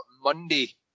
Monday